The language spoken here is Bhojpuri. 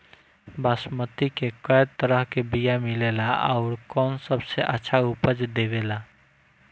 बासमती के कै तरह के बीया मिलेला आउर कौन सबसे अच्छा उपज देवेला?